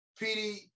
PD